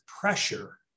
pressure